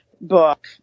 book